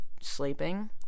sleeping